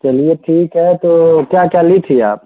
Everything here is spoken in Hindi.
चलिए ठीक है तो क्या क्या ली थी आप